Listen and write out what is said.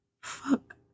Fuck